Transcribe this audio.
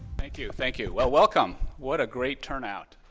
thank you. thank you. well, welcome. what a great turnout.